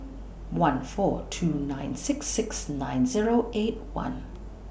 one four two nine six six nine Zero eight one